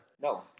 No